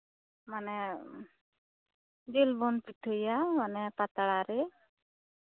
ᱢᱟᱱᱮ ᱡᱤᱞ ᱵᱚᱱ ᱯᱤᱴᱷᱟᱹᱭᱟ ᱢᱟᱱᱮ ᱯᱟᱛᱲᱟᱨᱮ